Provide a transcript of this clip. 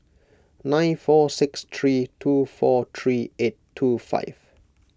nine four six three two four three eight two five